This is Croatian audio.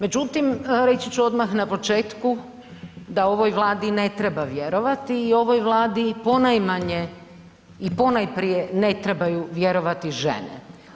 Međutim, reći ću odmah na početku, da ovoj Vladi ne treba vjerovati i ovoj Vladi ponajmanje i ponajprije ne trebaju vjerovati žene.